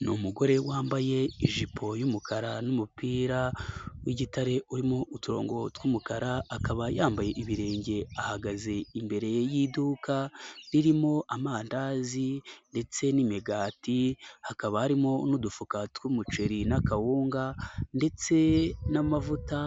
Ni umugore wambaye ijipo y' umukara n'umupira w'igitare urimo uturongo tw'umukara, akaba yambaye ibirenge ahagaze imbere y'iduka ririmo amandazi, ndetse n'imigati hakaba harimo n'udufuka tw'umuceri n'akawunga, ndetse n'amavuta